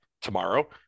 tomorrow